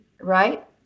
Right